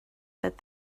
that